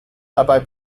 dabei